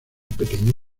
pequeño